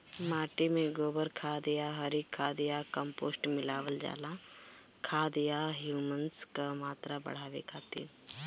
माटी में गोबर खाद या हरी खाद या कम्पोस्ट मिलावल जाला खाद या ह्यूमस क मात्रा बढ़ावे खातिर?